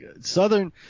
Southern